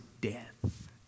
death